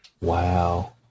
wow